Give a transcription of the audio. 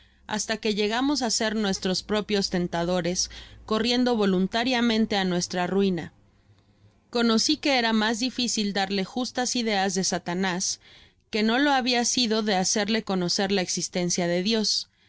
basta que llegamos á ser nuestros propios tentadores corriendo voluntariamente á nuestra ruina conoci que era mas difícil darle justas ideas de satanás que no lo habia sido de hacerle conocer la existencia de dios